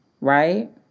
right